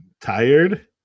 Tired